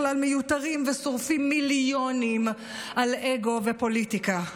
בכלל מיותרים ושורפים מיליונים על אגו ופוליטיקה.